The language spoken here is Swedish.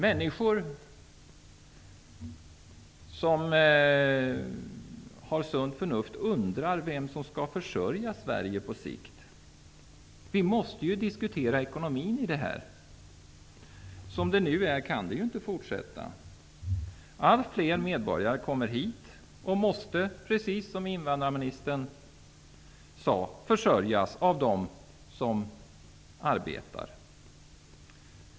Människor med sunt förnuft undrar vem som på sikt skall försörja Sverige. Vi måste ju diskutera ekonomin i det här. Som det nu är kan vi ju inte fortsätta att ha det. Allt fler medborgare kommer hit och måste, precis som invandrarministern sade, försörjas av dem som arbetar.